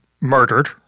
murdered